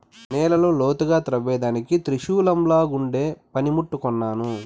నేలను లోతుగా త్రవ్వేదానికి త్రిశూలంలాగుండే పని ముట్టు కొన్నాను